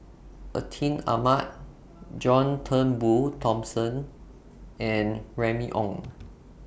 Atin Amat John Turnbull Thomson and Remy Ong